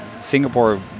Singapore